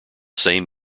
same